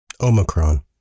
Omicron